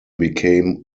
became